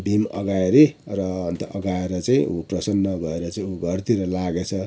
भीम अघायो अरे र अन्त अघाएर चाहिँ प्रसन्न भएर चाहिँ ऊ घरतिर लागेछ